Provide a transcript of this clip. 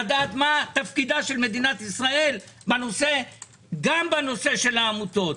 לדעת מה תפקיד מדינת ישראל גם בנושא העמותות.